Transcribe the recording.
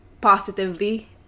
positively